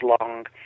long